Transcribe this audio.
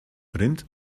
rind